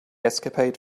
escapade